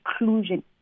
inclusion